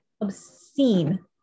obscene